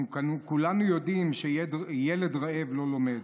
אנחנו כולנו יודעים שילד רעב לא לומד.